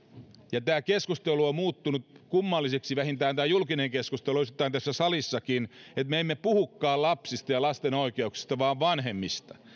ja tämä keskustelu on on muuttunut kummalliseksi vähintään julkinen keskustelu ja osittain tässä salissakin niin että me emme puhukaan lapsista ja lasten oikeuksista vaan vanhemmista eli